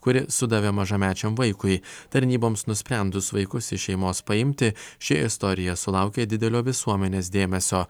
kuri sudavė mažamečiam vaikui tarnyboms nusprendus vaikus iš šeimos paimti ši istorija sulaukė didelio visuomenės dėmesio